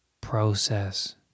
process